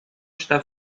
está